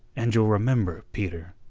and you'll remember, peter,